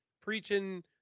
preaching